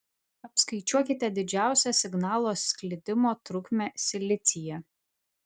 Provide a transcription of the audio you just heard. apskaičiuokite didžiausią signalo sklidimo trukmę silicyje